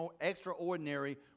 extraordinary